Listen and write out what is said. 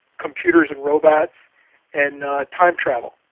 computers and robots and time travel.